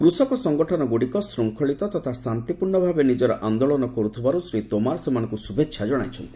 କୂଷକ ସଙ୍ଗଠନଗୁଡ଼ିକ ଶୃଙ୍ଖଳିତ ତଥା ଶାନ୍ତିପୂର୍ଣ୍ଣ ଭାବେ ନିଜର ଆନ୍ଦୋଳନ କରୁଥିବାରୁ ଶ୍ରୀ ତୋମାର ସେମାନଙ୍କୁ ଶୁଭେଚ୍ଛା ଜଣାଇଛନ୍ତି